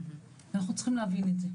אנחנו צריכים להבין את זה.